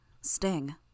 Sting